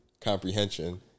Comprehension